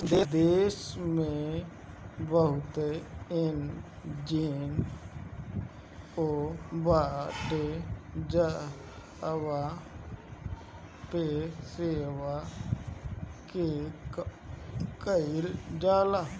देस में बहुते एन.जी.ओ बाटे जहवा पे सेवा के काम कईल जाला